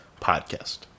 podcast